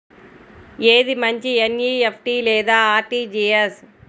ఏది మంచి ఎన్.ఈ.ఎఫ్.టీ లేదా అర్.టీ.జీ.ఎస్?